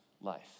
life